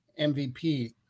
MVP